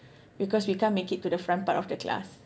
because we can't make it to the front part of the class